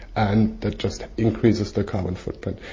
and that just increases the carbon footprint.